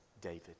David